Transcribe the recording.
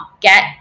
get